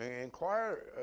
Inquire